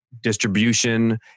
distribution